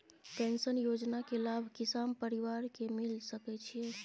Pension योजना के लाभ किसान परिवार के मिल सके छिए?